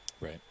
Right